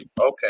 Okay